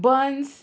buns